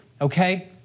okay